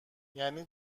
یعنی